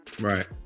Right